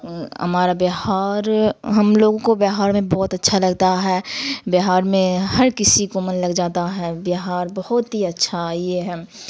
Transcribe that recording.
ہمارا بہار ہم لوگوں کو بہار میں بہت اچھا لگتا ہے بہار میں ہر کسی کو من لگ جاتا ہے بہار بہت ہی اچھا یہ ہے